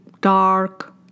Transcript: dark